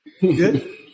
Good